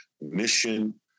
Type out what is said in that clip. mission